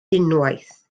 unwaith